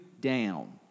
down